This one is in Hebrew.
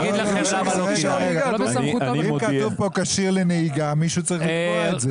כתוב כאן כשיר לנהיגה, מישהו צריך לקבוע את זה.